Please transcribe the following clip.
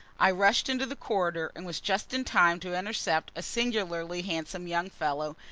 i rushed into the corridor, and was just in time to intercept a singularly handsome young fellow,